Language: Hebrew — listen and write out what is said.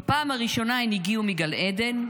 / בפעם הראשונה / הן הגיעו מגן עדן,